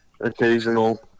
occasional